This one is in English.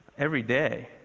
every day,